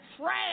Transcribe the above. trash